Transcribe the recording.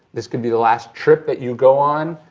this could be the last trip that you go on,